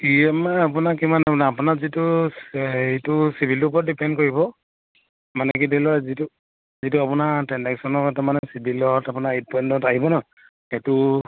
ই M আপোনাৰ কিমান আপোনাৰ যিটো হেৰিটো চিভিলটোৰ ওপৰত ডিপেণ্ড কৰিব মানে কি ধৰি লওক যিটো যিটো আপোনাৰ ট্ৰেনজেকশ্যনৰ মানে চিভিলত আপোনাৰ এইট পইন্টত আহিব ন সেইটো